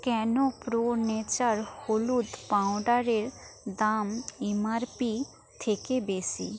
কেন Pro Nature হলুুদ পাউডারের দাম এমআরপি থেকে বেশি